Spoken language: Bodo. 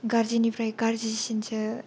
गाज्रिनिफ्राय गाज्रिसिनसो